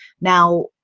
now